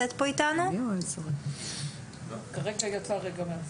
היא יצאה מהזום.